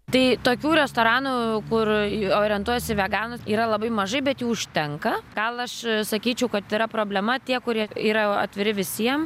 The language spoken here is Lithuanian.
tai tokių restoranų kur orientuojasi į veganus yra labai mažai bet jų užtenka gal aš sakyčiau kad yra problema tie kurie yra atviri visiem